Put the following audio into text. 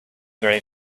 very